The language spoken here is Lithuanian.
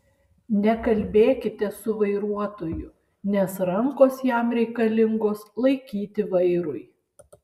nekalbėkite su vairuotoju nes rankos jam reikalingos laikyti vairui